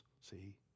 see